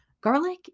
Garlic